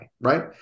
right